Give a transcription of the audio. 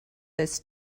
this